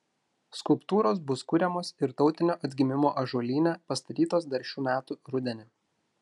skulptūros bus kuriamos ir tautinio atgimimo ąžuolyne pastatytos dar šių metų rudenį